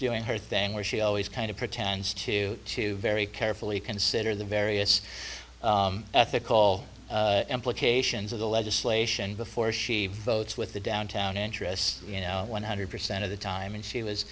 doing her thing where she always kind of pretends to very carefully consider the various ethical implications of the legislation before she votes with the downtown interests you know one hundred percent of the time and she was